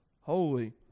holy